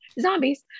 zombies